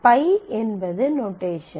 pi Π என்பது notation